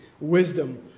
wisdom